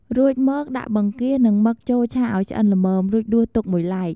រួចមក ដាក់បង្គា និងមឹកចូលឆាឱ្យឆ្អិនល្មម រួចដួសទុកមួយឡែក។